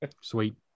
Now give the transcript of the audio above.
Sweet